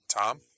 Tom